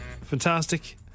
Fantastic